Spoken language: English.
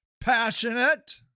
Passionate